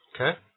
Okay